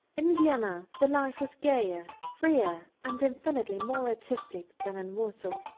in vienna the life was gayer, freer and infinitely more artistic than in warsaw.